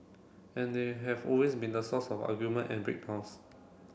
and they have always been the source of argument and break downs